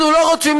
אנחנו לא רוצים,